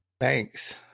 Thanks